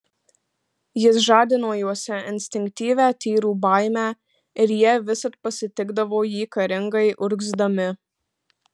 jis žadino juose instinktyvią tyrų baimę ir jie visad pasitikdavo jį karingai urgzdami